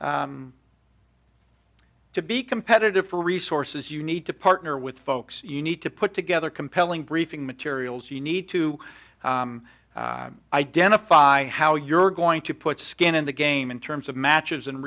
to be competitive for resources you need to partner with folks you need to put together compelling briefing materials you need to identify how you're going to put skin in the game in terms of matches and